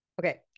okay